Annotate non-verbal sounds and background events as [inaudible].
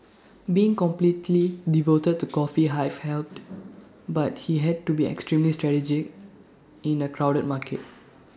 [noise] being completely devoted to coffee hive helped but he had to be extremely strategic in A crowded market